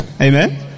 Amen